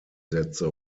sätze